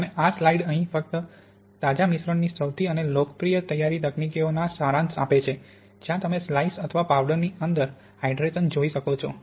અને આ સ્લાઇડ અહીં ફક્ત તાજા મિશ્રણની સૌથી લોકપ્રિય તૈયારી તકનીઓનો સારાંશ આપે છે જ્યાં તમે સ્લાઈસ અથવા પાવડરની અંદર હાઇડ્રેશન જોઈ શકો છો